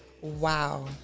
Wow